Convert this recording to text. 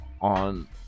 on